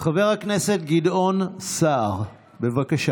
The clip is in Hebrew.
חבר הכנסת גדעון סער, בבקשה.